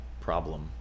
problem